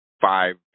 five